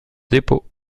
dépôt